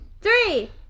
three